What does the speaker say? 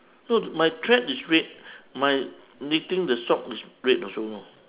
so my thread is red my knitting the sock is red also know